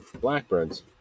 blackbirds